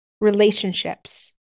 relationships